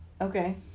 Okay